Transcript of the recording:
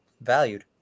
valued